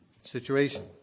situation